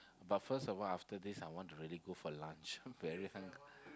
but first of all after this I want to really go for lunch very hungry